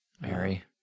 Mary